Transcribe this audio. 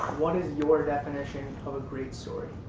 what is your definition of a great story?